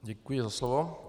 Děkuji za slovo.